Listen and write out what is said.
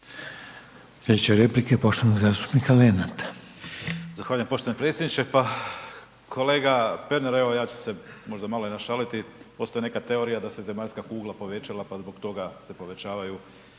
izvolite. **Lenart, Željko (HSS)** Zahvaljujem poštovani predsjedniče, pa kolega Pernar, evo ja ću se možda malo i našaliti, postoji neka teorija da se zemaljska kugla povećala, pa zbog toga se povećavaju